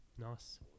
Nice